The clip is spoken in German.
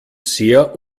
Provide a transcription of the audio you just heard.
sehr